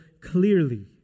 clearly